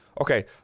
okay